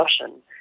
Russian